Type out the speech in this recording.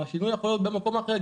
השינוי יכול להיות במקום אחר.